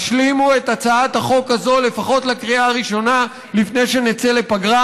השלימו את הצעת החוק הזאת לפחות בקריאה הראשונה לפני שנצא לפגרה,